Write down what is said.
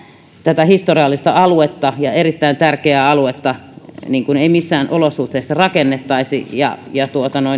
tätä historiallista aluetta ja erittäin tärkeää aluetta ei missään olosuhteissa rakennettaisi ja ja